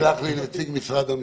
הערה יסלח לי נציג משרד המשפטים.